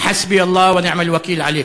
די לי באלוהים ומה טוב להיסמך עליכם.)